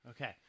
okay